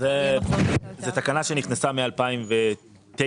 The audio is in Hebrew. --- זו תקנה שנכנסה מ-2009,